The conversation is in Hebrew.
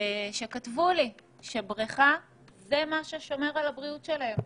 שכתבו לי שבריכה שומרת על הבריאות שלהם,